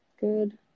good